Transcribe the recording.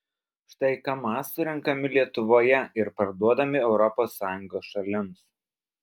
štai kamaz surenkami lietuvoje ir parduodami europos sąjungos šalims